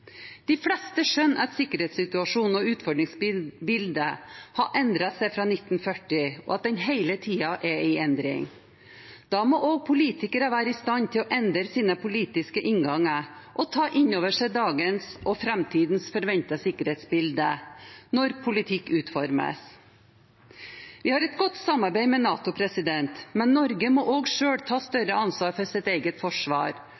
De fleste skjønner at sikkerhetssituasjonen og utfordringsbildet har endret seg fra 1940, og at den hele tiden er i endring. Da må også politikere være i stand til å endre sine politiske innganger og ta inn over seg dagens og framtidens forventede sikkerhetsbilde når politikk utformes. Vi har et godt samarbeid med NATO, men Norge må også selv ta større ansvar for sitt eget forsvar